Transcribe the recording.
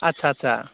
आस्सा आस्सा